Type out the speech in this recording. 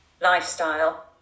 lifestyle